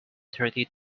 thirty